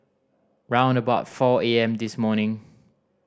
round about four A M this morning